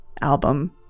album